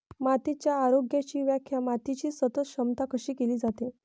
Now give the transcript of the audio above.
मातीच्या आरोग्याची व्याख्या मातीची सतत क्षमता अशी केली जाते